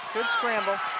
good scramble.